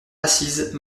assise